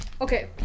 Okay